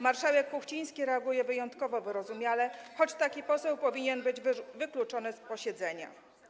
Marszałek Kuchciński reaguje wyjątkowo wyrozumiale, choć taki poseł powinien być wykluczony z posiedzenia.